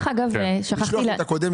שמח שיש מחקר על הנושא הזה.